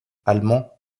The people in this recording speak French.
allemands